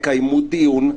תקיימו דיון,